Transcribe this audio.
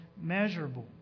measurable